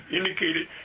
indicated